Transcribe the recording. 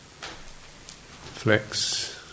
flex